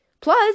Plus